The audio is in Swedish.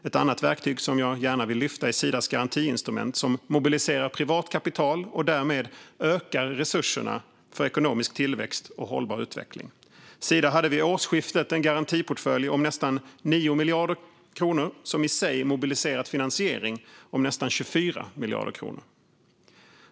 Ett annat verktyg som jag gärna vill lyfta är Sidas garantiinstrument, som mobiliserar privat kapital och därmed ökar resurserna för ekonomisk tillväxt och hållbar utveckling. Sida hade vid årsskiftet en garantiportfölj om nästan 9 miljarder kronor som i sig mobiliserat finansiering om nästan 24 miljarder kronor.